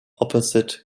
opposite